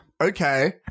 okay